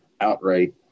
outright